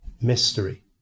mystery